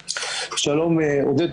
שלום, עודד.